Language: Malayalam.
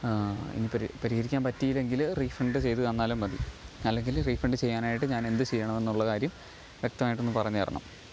ഇനി ഇപ്പം പരിഹരിക്കാന് പറ്റിയില്ലെങ്കില് റീഫണ്ട് ചെയ്ത് തന്നാലും മതി അല്ലെങ്കില് റീഫണ്ട് ചെയ്യാനായിട്ട് ഞാനെന്ത് ചെയ്യണം എന്നുള്ള കാര്യം വ്യക്തമായിട്ടൊന്ന് പറഞ്ഞു തരണം